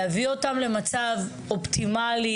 להביא אותם למצב אופטימלי,